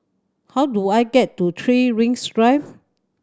how do I get to Three Rings Drive